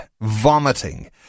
vomiting